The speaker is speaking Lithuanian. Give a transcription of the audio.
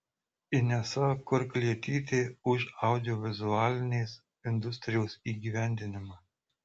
inesa kurklietytė už audiovizualinės industrijos įgyvendinimą